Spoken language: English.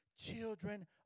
children